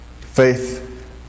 faith